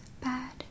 bad